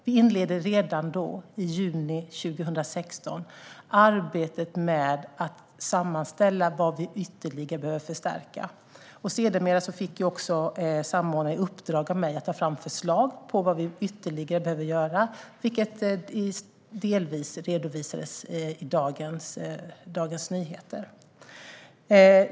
Vi inledde redan i juni 2016 arbetet med att sammanställa vad vi ytterligare behöver förstärka. Sedermera fick samordnaren i uppdrag av mig att ta fram förslag på vad vi ytterligare behöver göra, vilket delvis redovisas i dagens Dagens Nyheter.